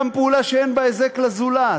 גם פעולה שאין בה היזק לזולת,